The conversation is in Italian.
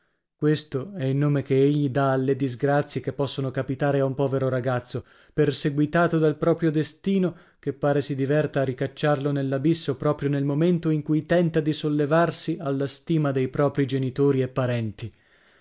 questo è il nome che egli dà alle disgrazie che possono capitare a un povero ragazzo perseguitato dal proprio destino che pare si diverta a ricacciarlo nell'abisso proprio nel momento in cui tenta di sollevarsi alla stima dei propri genitori e parenti